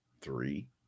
Three